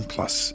Plus